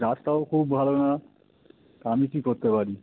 রাস্তাও খুব ভালো না আমি কী করতে পারি